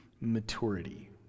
maturity